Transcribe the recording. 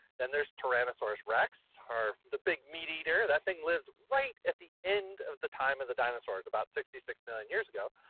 then there's tyrannosaurus rex, the big meat eater. that thing lives right at the end of the time of the dinosaurs, about sixty six million years ago.